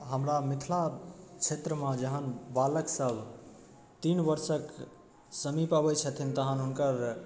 हमरा मिथिला क्षेत्रमे जहन बालक सब तीन वर्षक समीप अबै छथिन तहन हुनकर